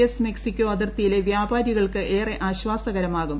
S Mexico അതിർത്തിയിലെ വ്യാപാരികൾക്ക് ഏറെ ആശ്വാസകരമാകും